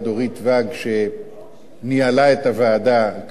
שניהלה את הוועדה כמו שהיא רגילה,